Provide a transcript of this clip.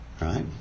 right